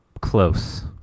Close